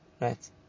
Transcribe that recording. Right